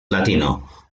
latino